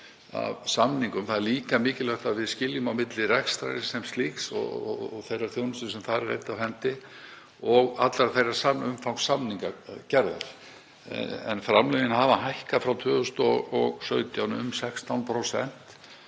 Það er líka mikilvægt að við skiljum á milli rekstrarins sem slíks og þeirrar þjónustu sem þar er innt af hendi og alls umfangs samningagerðar. En framlögin hafa hækkað um 16%